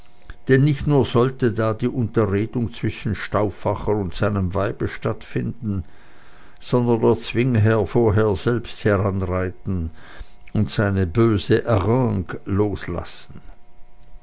denn nicht nur sollte da die unterredung zwischen stauffacher und seinem weibe stattfinden sondern der zwingherr vorher selbst heranreiten und seine böse harangue loslassen